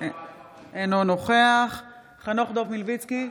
אינו נוכח חנוך דב מלביצקי,